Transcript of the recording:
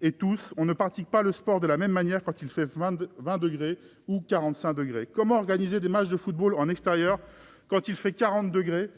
et tous. On ne pratique pas le sport de la même manière quand il fait 20 degrés ou 45 degrés. Comment organiser des matchs de football en extérieur quand il fait 40 degrés